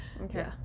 Okay